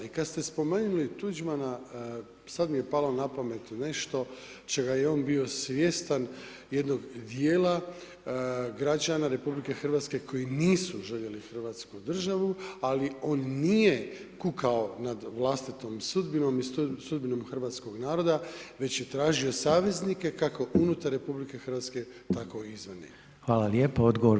I kada ste spomenuli Tuđmana, sada mi je palo na pamet nešto, čega je on bio svjestan jednog dijela građana RH koji nisu željeli RH, ali on nije kukao nad vlastitom sudbinom i sudbinom hrvatskog naroda, već je tražio saveznike kako unutar RH, tako i izvan nje.